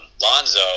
Lonzo